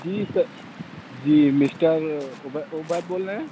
جی sir جی mister Obaid بول رہے ہیں